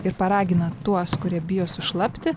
ir paragino tuos kurie bijo sušlapti